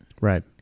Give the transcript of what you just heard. right